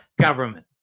government